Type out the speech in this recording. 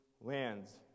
lands